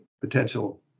potential